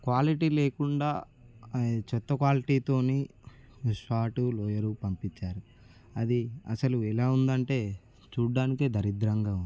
quality లేకుండా చెత్త క్వాలిటీతోని షార్ట్ లోయర్ పంపించారు అది అసలు ఎలా ఉందంటే చూడ్డానికే దరిద్రంగా ఉంది